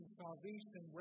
salvation